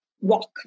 walk